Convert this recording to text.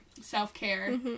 Self-care